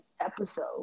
episode